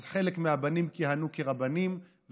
אז חלק מהבנים כיהנו כרבנים,